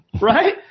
Right